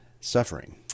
suffering